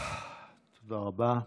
תודה רבה.